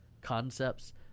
concepts